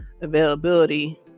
availability